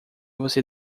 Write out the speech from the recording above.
você